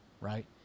right